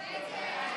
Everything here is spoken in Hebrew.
חמישה,